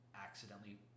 accidentally